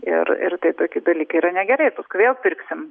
ir ir tai tokie dalykai yra negerai paskui vėl pirksim